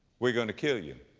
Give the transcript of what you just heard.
we're going to kill you.